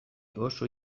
oso